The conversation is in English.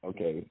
Okay